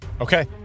Okay